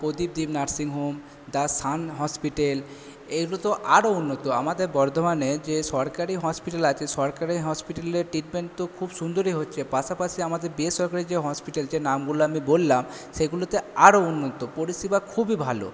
Pradip Dip nursing home the sun hospital এগুলো তো আরও উন্নত আমাদের বর্ধমানে যে সরকারি হসপিটাল আছে সরকারের হসপিটালের ট্রিটমেন্ট তো খুব সুন্দরই হচ্ছে পাশাপাশি আমাদের বেসরকারি যে হসপিটাল যে নামগুলো আমি বললাম সেগুলাতে আরও উন্নত পরিষেবা খুবই ভালো